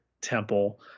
temple